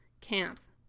camps